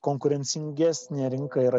konkurencingesnė rinka yra